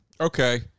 Okay